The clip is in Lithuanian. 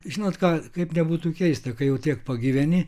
žinot ką kaip nebūtų keista kai jau tiek pagyveni